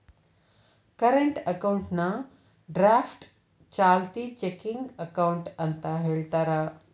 current ಅಕೌಂಟ್ನಾ draft ಚಾಲ್ತಿ checking account ಅಂತ ಹೇಳ್ತಾರ